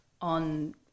on